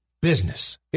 business